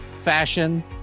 fashion